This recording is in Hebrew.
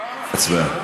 להצבעה.